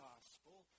Gospel